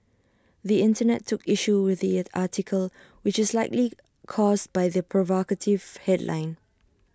the Internet took issue with the article which is likely caused by the provocative headline